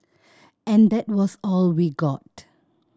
and that was all we got